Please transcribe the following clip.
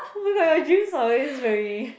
oh my god your dreams are always very